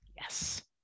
Yes